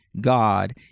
God